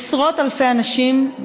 עשרות אלפי אנשים,